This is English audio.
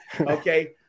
okay